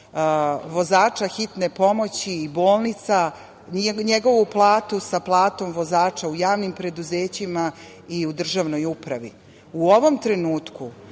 vozača hitne pomoći i bolnica, njegovu platu sa platom vozača u javnim preduzećima i u državnoj upravi. U ovom trenutku